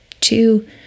two